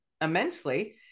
immensely